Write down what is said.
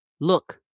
Look